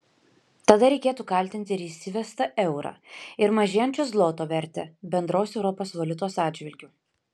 tada reikėtų kaltinti ir įsivestą eurą ir mažėjančio zloto vertę bendros europos valiutos atžvilgiu